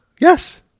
Yes